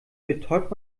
betäubt